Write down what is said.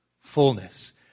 fullness